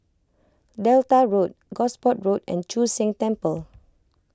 Delta Road Gosport Road and Chu Sheng Temple